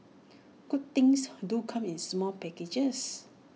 good things do come in small packages